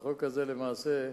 והחוק הזה, למעשה,